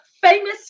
famous